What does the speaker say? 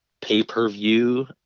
pay-per-view